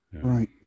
Right